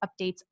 updates